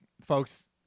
Folks